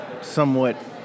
somewhat